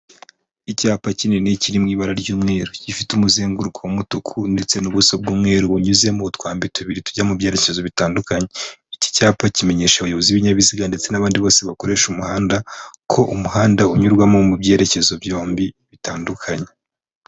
Icyapa kinini kiri mu ibara ry'umweru, gifite umuzenguruko w'umutuku ndetse n'ubuso bw'umweru bunyuzemo utwambi tubiri tujya mu byerekezo bitandukanye, iki cyapa kimenyesha abayobozi b'ibinyabiziga ndetse n'abandi bose bakoresha umuhanda, ko umuhanda unyurwamo mu byerekezo byombi bitandukanye.